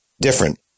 Different